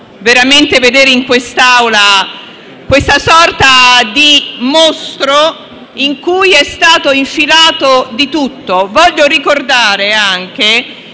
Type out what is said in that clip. veramente vedere in quest'Aula questa sorta di mostro, in cui è stato infilato di tutto. Voglio ricordare anche